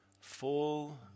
fall